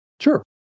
Sure